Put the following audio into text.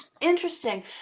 Interesting